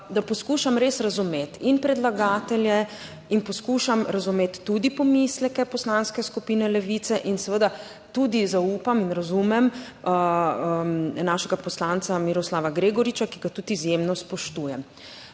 da poskušam res razumeti in predlagatelje in poskušam razumeti tudi pomisleke Poslanske skupine Levice in seveda tudi zaupam in razumem našega poslanca Miroslava Gregoriča, ki ga tudi izjemno spoštujem.